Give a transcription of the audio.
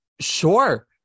Sure